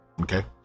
Okay